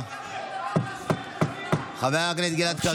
אתם רוצים להחליף את השופטים